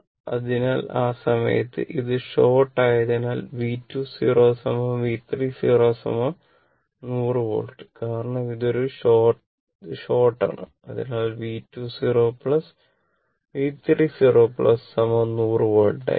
അതിനാൽ ആ സമയത്ത് ഇത് ഷോർട് ആയതിനാൽ V 2 0 V 3 0 100 വോൾട്ട് കാരണം ഇത് ഒരു ഷോർട് ആണ് അതിനാൽ V 2 0 V 3 0 100 വോൾട്ട് ആയിരിക്കും